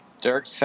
Dirk